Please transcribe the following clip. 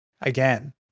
again